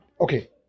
Okay